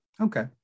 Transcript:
Okay